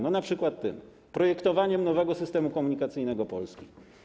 No np. tym - projektowaniem nowego systemu komunikacyjnego Polski.